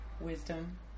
wisdom